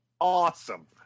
Awesome